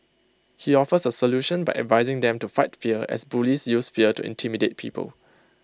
she offers A solution by advising them to fight fear as bullies use fear to intimidate people